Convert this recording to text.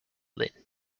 linn